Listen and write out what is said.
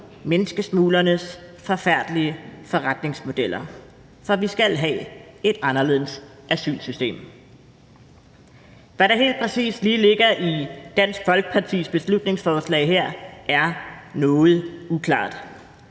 menneskesmuglernes forfærdelige forretningsmodeller. For vi skal have et anderledes asylsystem. Hvad der helt præcis lige ligger i Dansk Folkepartis beslutningsforslag her, er noget uklart.